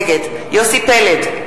נגד יוסי פלד,